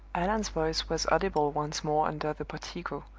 allan's voice was audible once more under the portico,